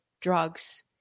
drugs